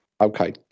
Okay